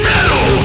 Metal